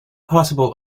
possible